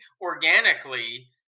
organically